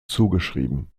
zugeschrieben